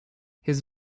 his